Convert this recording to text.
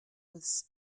was